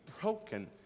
broken